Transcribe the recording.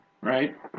right